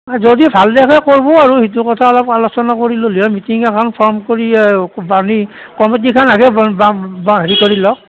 যদি ভাল দেখে কৰিব আৰু এইটো কথা অলপ আলোচনা কৰি ল'লেই হয় মিটিং এখন ফৰ্ম কৰি বান্ধি কমিটিখন আগে হেৰি কৰি লওক